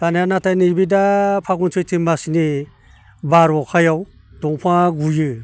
दानिया नाथाय नैबे दा फागुन सैथो मासनि बार अखायाव दंफांआ गुयो